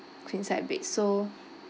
queen size bed so